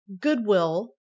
goodwill